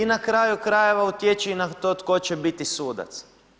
I na kraju krajeva utječe i na to tko će biti sudac.